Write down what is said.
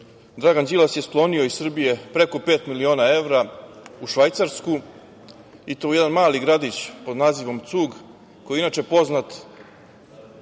Dragan Đilas je sklonio iz Srbije preko pet miliona evra u Švajcarsku, i to u jedan mali gradić pod nazivom Cug, koji je inače poznat